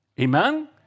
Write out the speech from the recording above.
Amen